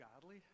godly